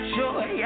joy